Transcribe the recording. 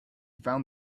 found